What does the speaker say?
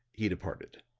he departed.